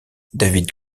david